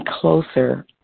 closer